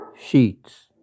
sheets